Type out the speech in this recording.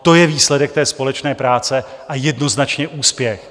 To je výsledek té společné práce a jednoznačně úspěch.